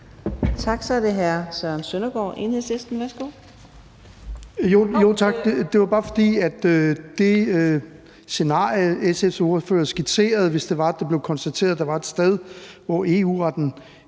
Tak. Så er det hr. Søren Søndergaard, Enhedslisten. Værsgo. Kl. 15:07 Søren Søndergaard (EL): Tak. Det var bare, fordi det scenarie, SF's ordfører skitserede, hvis det var, det blev konstateret, at der var et sted, hvor EU-retten